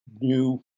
new